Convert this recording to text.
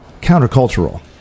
countercultural